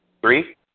Three